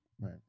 right